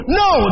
no